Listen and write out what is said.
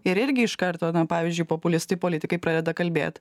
ir irgi iš karto na pavyzdžiui populistai politikai pradeda kalbėt